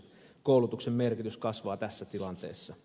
koulutuksen merkitys kasvaa tässä tilanteessa